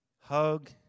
hug